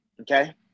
Okay